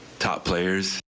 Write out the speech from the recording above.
top players.